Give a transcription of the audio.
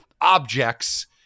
objects